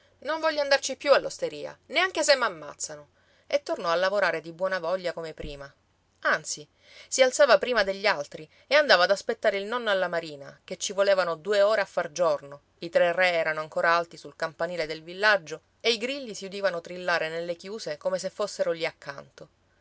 non voglio andarci più all'osteria neanche se m'ammazzano e tornò a lavorare di buonavoglia come prima anzi si alzava prima degli altri e andava ad aspettare il nonno alla marina che ci volevano due ore a far giorno i tre re erano ancora alti sul campanile del villaggio e i grilli si udivano trillare nelle chiuse come se fossero lì accanto